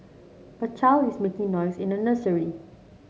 a child is making noise in a nursery